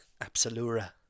Absolura